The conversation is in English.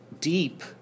deep